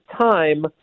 time